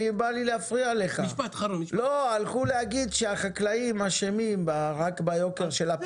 הלכו להגיד שחקלאים אשמים ביוקר של הפירות והירקות,